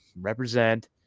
Represent